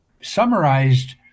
summarized